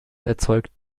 erzeugt